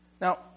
Now